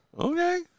okay